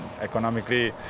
economically